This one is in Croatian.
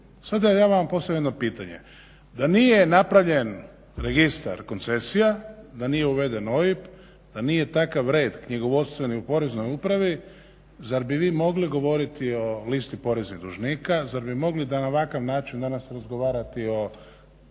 Sad da ja vama postavim jedno pitanje, da nije napravljen registar koncesija, da nije uveden OIB, da nije takav red knjigovodstveni u poreznoj upravi, zar bi vi mogli govoriti o listi poreznih dužnika, zar bi mogli da na ovakav način danas razgovarati o